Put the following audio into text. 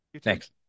Thanks